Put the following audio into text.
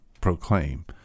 proclaim